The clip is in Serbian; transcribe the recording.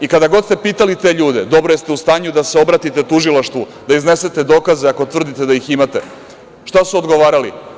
I kada god ste pitali te ljude - dobro, jeste li u stanju da se obratite Tužilaštvu, da iznesete dokaze, ako tvrdite da ih imate, šta su odgovarali?